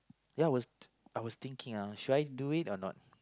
ya I was I was think ah should I do it or not